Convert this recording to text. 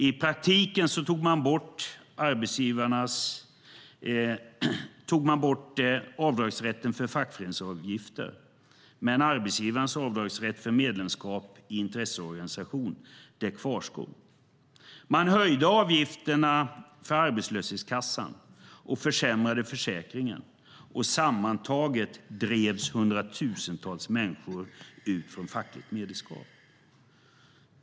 I praktiken tog man bort avdragsrätten för fackföreningsavgifter, men arbetsgivarens avdragsrätt för medlemskap i intresseorganisation kvarstod. Man höjde avgifterna för arbetslöshetskassan och försämrade försäkringen. Sammantaget drevs hundratusentals människor ut från fackligt medlemskap.